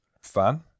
fan